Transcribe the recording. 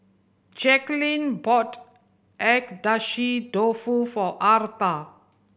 Jacquelynn bought Agedashi Dofu for Arta